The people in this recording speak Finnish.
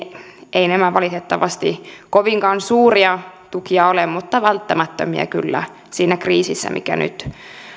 eivät nämä valitettavasti kovinkaan suuria tukia ole mutta välttämättömiä kyllä siinä kriisissä mikä nyt